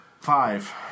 Five